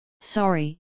Sorry